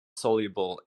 soluble